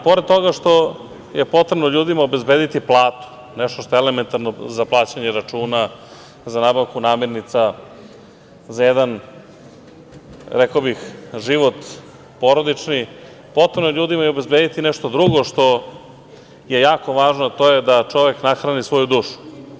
Pored toga što je potrebno ljudima obezbediti platu, nešto što je elementarno za plaćanje računa, za nabavku namirnica, za jedan, rekao bih, život porodični, potrebno je ljudima i obezbediti nešto drugo što je jako važno, a to je da čovek nahrani svoju dušu.